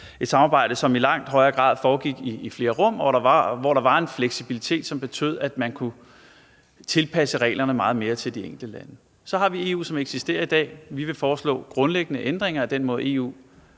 et samarbejde, som i langt højere grad foregik i flere rum, hvor der var en fleksibilitet, som betød, at man kunne tilpasse reglerne meget mere til de enkelte lande. Så har vi EU, som det eksisterer i dag. Vi vil foreslå grundlæggende ændringer af den måde, EU